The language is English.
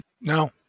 No